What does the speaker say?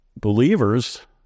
believers